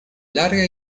larga